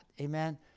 Amen